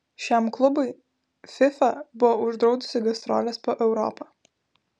šiam klubui fifa buvo uždraudusi gastroles po europą